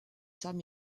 sam